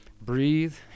breathe